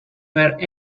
where